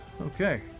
Okay